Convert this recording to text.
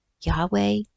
Yahweh